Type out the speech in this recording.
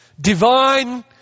Divine